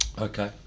Okay